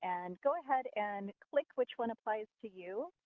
and go ahead and click which one applies to you.